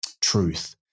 truth